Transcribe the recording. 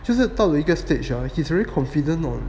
就是到了一个 stage or he's very confident on